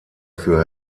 für